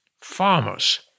farmers